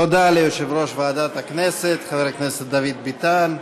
תודה ליושב-ראש ועדת הכנסת חבר הכנסת דוד ביטן.